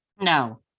no